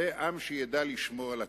זה עם שידע לשמור על עתידו.